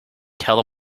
tell